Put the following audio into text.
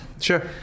Sure